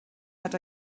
had